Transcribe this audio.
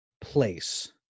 place